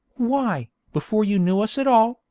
why, before you knew us at all,